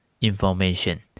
information